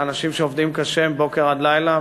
לאנשים שעובדים קשה מבוקר עד לילה,